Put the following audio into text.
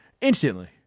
instantly